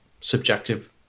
subjective